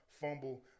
Fumble